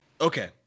Okay